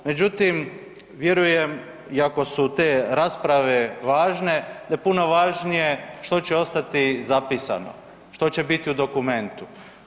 Međutim, vjerujem iako su te rasprave važne, puno je važnije što će ostati zapisano što će biti u dokumentu.